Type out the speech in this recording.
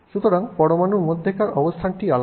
সুতরাং পরমাণুর মধ্যেকার অবস্থানটি আলাদা